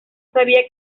sabía